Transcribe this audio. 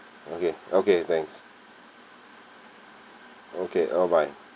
okay okay thanks okay bye bye